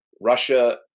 Russia